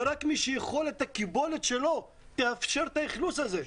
ורק מי שיכולת הקיבולת שלו תאפשר את האכלוס הזה.